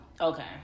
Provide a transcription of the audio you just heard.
okay